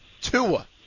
Tua